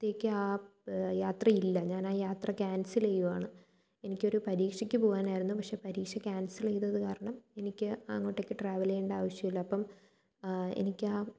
ആ യാത്രയില്ല ഞാൻ ആ യാത്ര ക്യാൻസൽ ചെയ്യുവാണ് എനിക്കൊരു പരീക്ഷയ്ക്ക് പോകാനായിരുന്നു പക്ഷെ പരീക്ഷ ക്യാൻസൽ ചെയ്തത് കാരണം എനിക്ക് അങ്ങോട്ടേക്ക് ട്രാവൽ ചെയ്യേണ്ട ആവശ്യമില്ല അപ്പം എനിക്ക് ആ